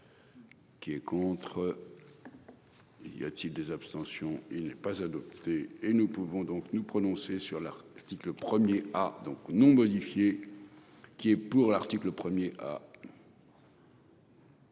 Qui est contre. Y a-t-il des abstentions il n'est pas adopté et nous pouvons donc nous prononcer sur l'artistique. Le 1er a donc non modifié. Qui est pour l'article 1er,